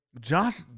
Josh